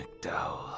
McDowell